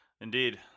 Indeed